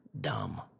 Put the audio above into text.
Dumb